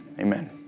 amen